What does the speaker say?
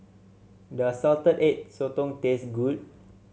does Salted Egg Sotong taste good